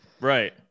Right